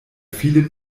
vielen